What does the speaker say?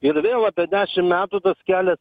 ir vėl apie dešim metų tas kelias